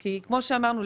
כי כפי שאמרנו,